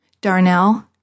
Darnell